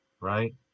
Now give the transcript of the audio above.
right